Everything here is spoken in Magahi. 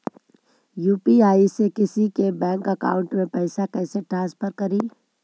यु.पी.आई से किसी के बैंक अकाउंट में पैसा कैसे ट्रांसफर करी?